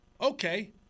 Okay